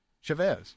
Chavez